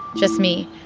just me